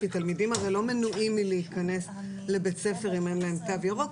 כי תלמידים הרי לא מנועים מלהיכנס לבית הספר אם אין להם תו ירוק,